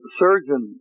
surgeon